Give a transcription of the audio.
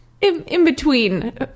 in-between